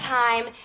time